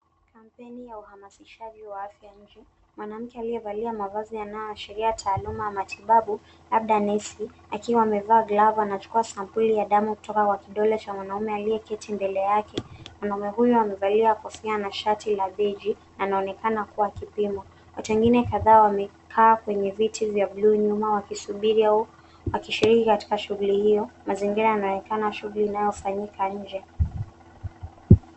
Kampeni ya uhamasishaji wa afya mji. Mwanamke aliyevalia mavazi yanayoashiria taaluma ya matibabu, labda nesi, akiwa amevaa glavu anachukua sampuli ya damu kutoka kwa kidole cha mwanaume aliyeketi mbele yake. Mwanaume huyo amevalia kofia na shati la beiji na anaonekana kuwa akipimwa. Watu wengine kadhaa wamekaa kwenye viti vya buluu nyuma wakisubiri au wakishiriki katika shughuli hiyo. Mazingira yanaonekana shughuli inayofanyika nje.